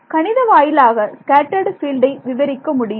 கணித வாயிலாக ஸ்கேட்டர்ட் ஃபீல்டை விவரிக்க முடியும்